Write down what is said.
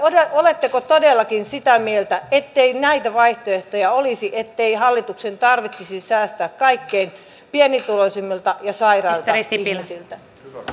oletteko todellakin sitä mieltä ettei näitä vaihtoehtoja olisi ettei hallituksen tarvitsisi säästää kaikkein pienituloisimmilta ja sairailta ihmisiltä